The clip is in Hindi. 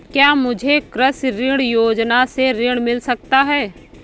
क्या मुझे कृषि ऋण योजना से ऋण मिल सकता है?